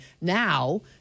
now